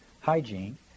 hygiene